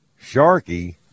Sharky